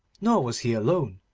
nor was he alone.